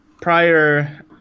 prior